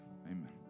Amen